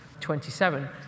27